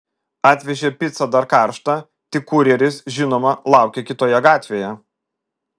atvežė picą dar karštą tik kurjeris žinoma laukė kitoje gatvėje